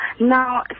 Now